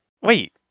Wait